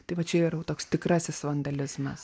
tai va čia yra jau toks tikrasis vandalizmas